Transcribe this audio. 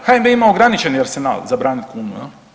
HNB ima ograničeni arsenal za branit kunu.